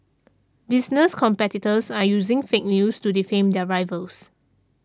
business competitors are using fake news to defame their rivals